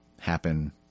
happen